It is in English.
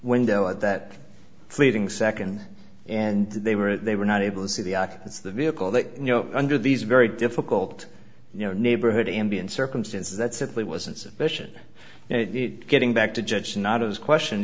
window at that fleeting second and they were they were not able to see the occupants of the vehicle that you know under these very difficult you know neighborhood ambient circumstances that simply wasn't sufficient it getting back to judge not as question